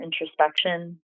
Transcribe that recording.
introspection